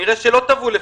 שנראה שלא תבעו לפיו.